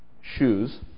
shoes